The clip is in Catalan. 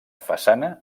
façana